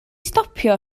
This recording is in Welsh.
stopio